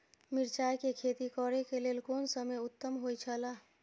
मिरचाई के खेती करे के लेल कोन समय उत्तम हुए छला?